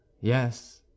yes